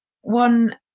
one